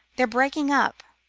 their breaking up,